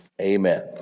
Amen